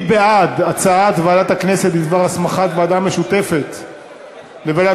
מי בעד הצעת ועדת הכנסת בדבר הסמכת ועדה משותפת לוועדת